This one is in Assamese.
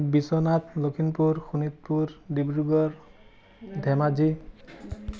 বিশ্বনাথ লখিমপুৰ শোণিতপুৰ ডিব্ৰুগড় ধেমাজি